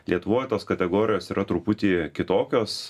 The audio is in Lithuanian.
lietuvoj tos kategorijos yra truputį kitokios